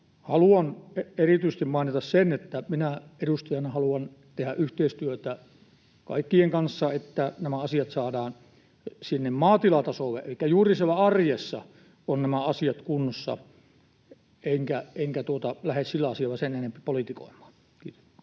haluan erityisesti mainita sen, että minä edustajana haluan tehdä yhteistyötä kaikkien kanssa, että nämä asiat saadaan sinne maatilatasolle elikkä että juuri siellä arjessa ovat nämä asiat kunnossa, enkä lähde sillä asialla sen enempää politikoimaan. Kiitoksia.